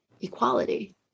equality